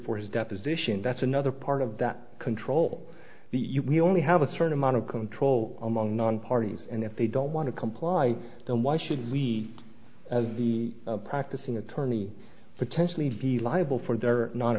for his deposition that's another part of that control that you we only have a certain amount of control among non parties and if they don't want to comply then why should we as the practicing attorney potentially be liable for